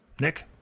Nick